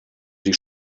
sie